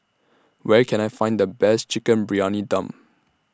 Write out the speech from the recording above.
Where Can I Find The Best Chicken Briyani Dum